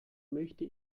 möchte